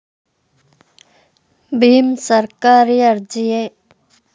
ಭೀಮ್ ಸರ್ಕಾರಿ ಅರ್ಜಿಯೇ?